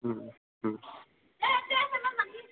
Om Om